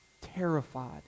Terrified